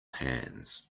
hands